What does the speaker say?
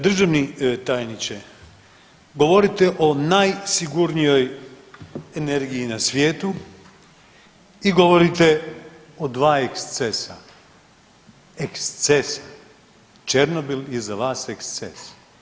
Državni tajniče, govorite o najsigurnijoj energiji na svijetu i govorite o dva ekscesa, eksces Černobil je za vas eksces.